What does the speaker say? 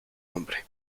hombre